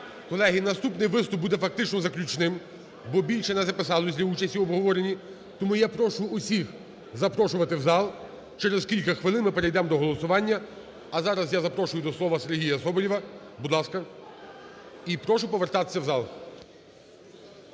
Колеги, наступний виступ буде фактично заключним, бо більше не записались для участі в обговоренні. Тому я прошу всіх запрошувати в зал. Через кілька хвилин ми перейдемо до голосування. А зараз я запрошую до слова Сергія Соболєва, будь ласка. І прошу повертатися в зал.